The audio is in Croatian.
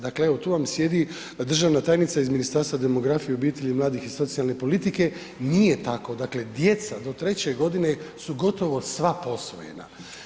Dakle, evo tu vam sjedi državna tajnica iz Ministarstva demografije, obitelji i mladih i socijalne politike, nije tako, dakle djeca do 3 godine su gotovo sva posvojena.